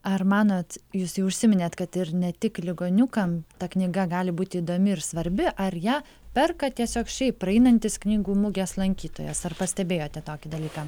ar manot jūs jau užsiminėt kad ir ne tik ligoniukam ta knyga gali būti įdomi ir svarbi ar ją perka tiesiog šiaip praeinantis knygų mugės lankytojas ar pastebėjote tokį dalyką